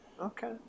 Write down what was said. okay